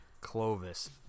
Clovis